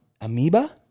amoeba